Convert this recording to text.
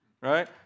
right